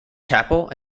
chapel